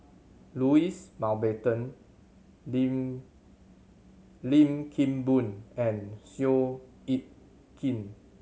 Louis Mountbatten Lim Lim Kim Boon and Seow Yit Kin